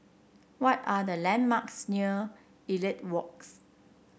what are the landmarks near Elliot Walk